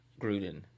Gruden